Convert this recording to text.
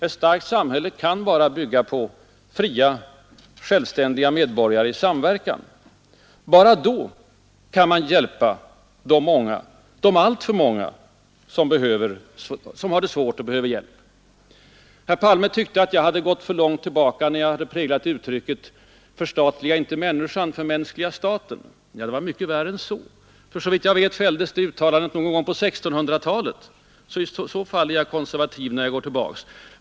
Ett starkt samhälle kan bara bygga på fria, självständiga medborgare i samverkan. Bara då kan man hjälpa de många, de alltför många, som har det svårt och behöver hjälp. Herr Palme tyckte att jag hade gått för långt tillbaka i tiden när jag använde uttrycket: Förstatliga inte människan, förmänskliga staten! Ja, i så fall var det mycket värr det uttalandet någon gång på 1600-talet. I det fallet är jag alltså än herr Palme trodde, för såvitt jag vet fälldes konservativ.